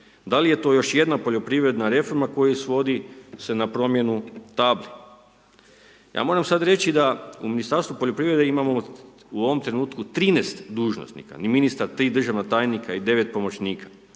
da li je to još jedna poljoprivredna reforma koja svodi se na promjenu .../Govornik se ne razumije./... Ja moram sad reći da u Ministarstvu poljoprivrede imamo u ovom trenutku 13 dužnosnika, ministar, 3 državna tajnika i 9 pomoćnika.